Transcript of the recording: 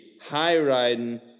high-riding